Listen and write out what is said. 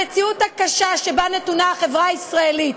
המציאות הקשה שבה נתונה החברה הישראלית,